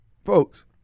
Folks